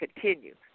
continue